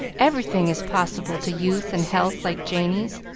everything is possible to youth and health like janey's.